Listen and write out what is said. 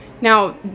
now